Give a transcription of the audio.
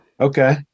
Okay